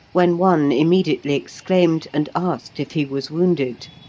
when one immediately exclaimed and asked if he was wounded.